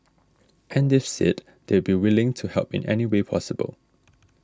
and they've said they'd be willing to help in any way possible